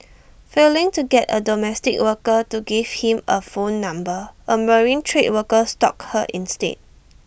failing to get A domestic worker to give him A phone number A marine trade worker stalked her instead